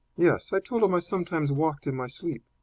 yes i told him i sometimes walked in my sleep.